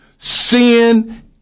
Sin